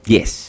Yes